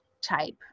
type